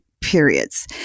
periods